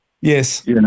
Yes